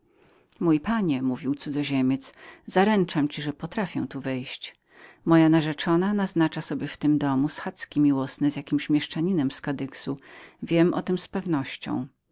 mości panie mówił cudzoziemiec zaręczam panu że potrafię tu wejść moja narzeczona naznacza sobie w tym domu schadzki miłosne z jakimś mieszczaninem z kadyxu wiem o tem z pewnością